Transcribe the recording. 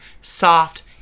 soft